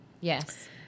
Yes